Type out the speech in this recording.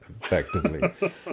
effectively